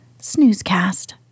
snoozecast